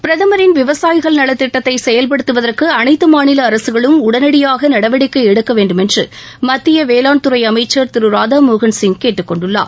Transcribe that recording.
பிரதமின் விவசாயிகள் நலத் திட்டத்தை செயல்படுத்துவதற்கு அனைத்து மாநில அரசுகளும் உடனடியாக நடவடிக்கை எடுக்க வேண்டுமென்று மத்திய வேளாண்துறை அமைச்சர் திரு ராதாமோகன் கேட்டுக் கொண்டுள்ளார்